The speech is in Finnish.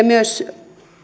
myös